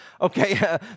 Okay